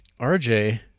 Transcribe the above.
RJ